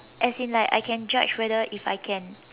as in like I can judge whether if I can